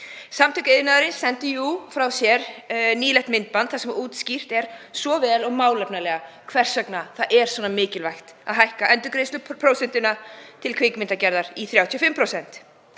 Samtök iðnaðarins sendu nýlega frá sér myndband þar sem útskýrt er mjög vel og málefnalega hvers vegna það er svo mikilvægt að hækka endurgreiðsluprósentuna til kvikmyndagerðar í 35%.